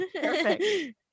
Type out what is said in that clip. perfect